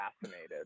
fascinated